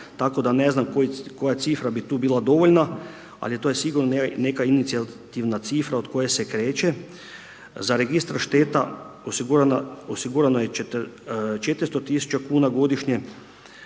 tako da ne znam koja cifra bi tu bila dovoljna ali to je sigurno neka inicijativna cifra od koje se kreće. Za Registar šteta osigurano je 400 000 godišnje